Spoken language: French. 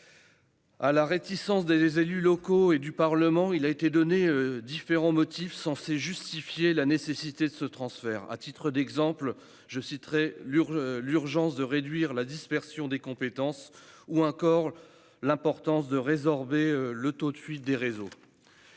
À la réticence des élus locaux et du Parlement, différents motifs censés justifier la nécessité de ce transfert ont été opposés. À titre d'exemple, je citerai l'urgence de réduire la dispersion des compétences ou encore l'importance d'abaisser le taux de fuite des réseaux.